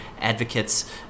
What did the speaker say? advocates